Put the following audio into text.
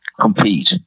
compete